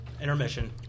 Intermission